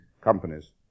companies